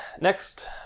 next